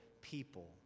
people